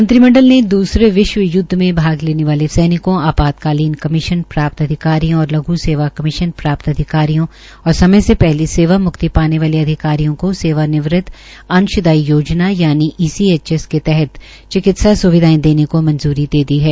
मंत्रिमंडल ने दूसरे विश्व य्दव में भाग लेने वाले सैनिकों आपातकालीन कमीशन प्राप्त अधिकारियों और लघ् सेवा कमीशन प्राप्त् अधिकारियों और समय से पहले सेवा म्क्ति पाने वाले अधिकारियों को सेवानिवृत अंशदायी योजना यानि ईसीएचएस के तहत चिकित्सा स्विधायें देने को मंजूरी दे दी है